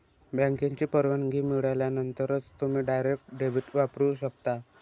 बँकेची परवानगी मिळाल्यानंतरच तुम्ही डायरेक्ट डेबिट वापरू शकता